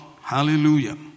Hallelujah